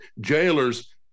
jailers